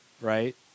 right